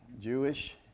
Jewish